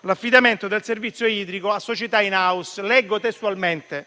l'affidamento del servizio idrico a società *in house*. Leggo testualmente: